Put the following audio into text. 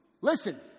Listen